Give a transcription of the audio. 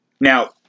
Now